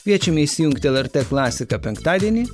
kviečiame įsijungti lrt klasiką penktadienį